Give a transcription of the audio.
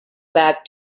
back